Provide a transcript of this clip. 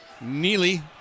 Neely